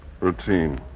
Routine